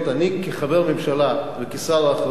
כחבר ממשלה וכשר אחראי,